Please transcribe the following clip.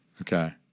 Okay